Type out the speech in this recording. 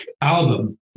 album